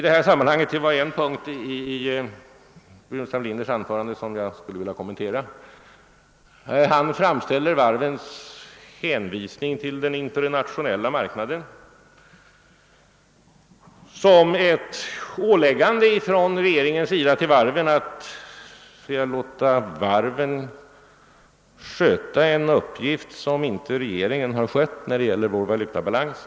Det var en punkt i herr Burenstam Linders anförande som jag skulle vilja kommentera. Han framställer hänvisandet av varven till den internationella marknaden som ett åläggande från regeringens sida till varven att själva sköta den uppgift som borde ha åvilat regeringen när det gäller vår valutabalans.